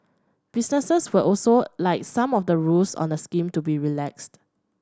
businesses would also like some of the rules on the scheme to be relaxed